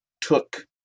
took